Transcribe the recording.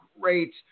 great